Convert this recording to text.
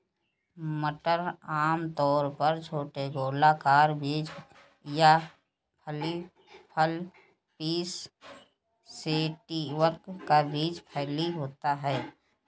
मटर आमतौर पर छोटे गोलाकार बीज या फली फल पिसम सैटिवम का बीज फली होता है